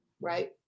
Right